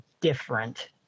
different